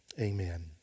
Amen